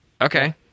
Okay